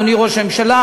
אדוני ראש הממשלה,